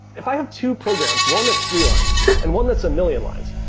if i have two programs, one that's three lines and one that's a million lines.